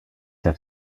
have